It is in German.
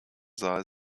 saal